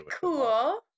cool